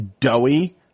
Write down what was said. doughy